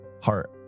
heart